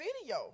video